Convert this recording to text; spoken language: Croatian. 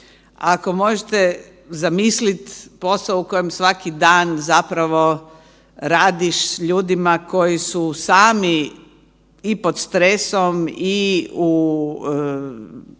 Ako možete zamisliti posao u kojem svaki dan zapravo radiš s ljudima koji su sami i pod stresom i